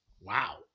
Wow